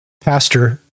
pastor